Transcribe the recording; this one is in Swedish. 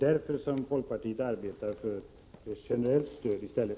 Därför arbetar folkpartiet för ett generellt stöd i stället.